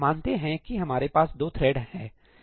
मानते हैं कि हमारे पास दो थ्रेड है